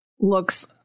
looks